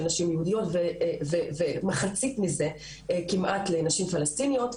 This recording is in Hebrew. נשים יהודיות ומחצית מזה כמעט לנשים פלשתינאיות,